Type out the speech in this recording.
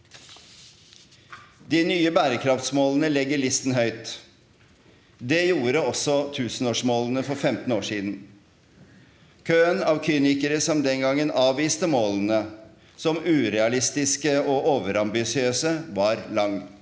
De nye bærekraftsmålene legger listen høyt. Det gjorde også tusenårsmålene for 15 år siden. Køen av kynikere som den gangen avviste målene som urealistiske og overambisiøse, var lang.